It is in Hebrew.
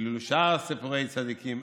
ואילו לשאר סיפורי צדיקים,